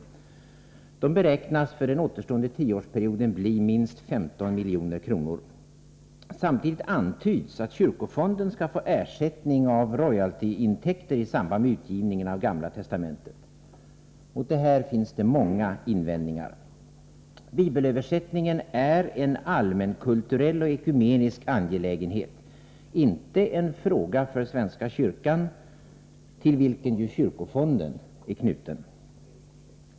Kostnaderna beräknas för den återstående tioårsperioden bli minst 15 milj.kr. I detta sammanhang antyds också att kyrkofonden skall få ersättning i form av royaltyintäkter i samband med utgivningen av Gamla testamentet. Mot detta förslag finns många invändningar. Bibelöversättningen är en allmänkulturell och ekumenisk angelägenhet, inte en fråga för svenska kyrkan, till vilken ju kyrkofonden är knuten.